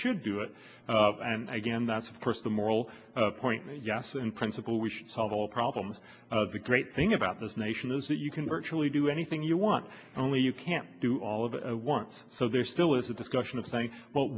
should do it again that's of course the moral point yes in principle we should solve all problems of the great thing about this nation is that you can virtually do anything you want only you can do all of a once so there still is a discussion of saying w